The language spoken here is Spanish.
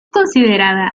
considerada